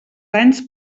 anys